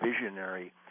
visionary